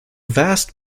vast